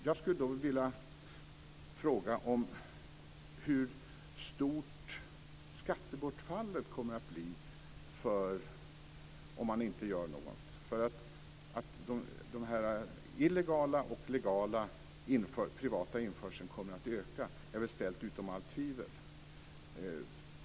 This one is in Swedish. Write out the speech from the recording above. Jag skulle vilja fråga hur stort skattebortfallet kommer att bli om det inte görs något. Den illegala och legala privata införseln kommer att öka - det är ställt utom allt tvivel.